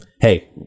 hey